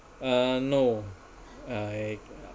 uh no I